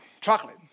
Chocolate